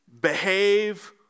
behave